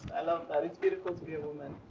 i love that. it's beautiful to be a woman.